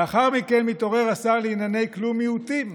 לאחר מכן מתעורר השר לענייני כלום מיעוטים,